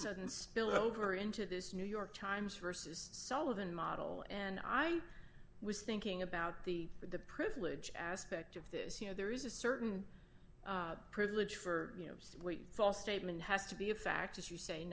sudden spill over into this new york times versus sullivan model and i was thinking about the for the privilege aspect of this you know there is a certain privilege for you know false statement has to be a fact as you say